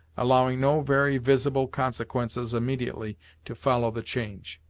allowing no very visible consequences immediately to follow the change.